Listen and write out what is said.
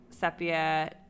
Sepia